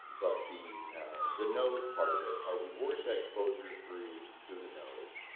but the the nose part of it are we worried about exposure through through the nose,